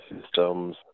systems